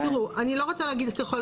אני לא רוצה להגיד 'ככל',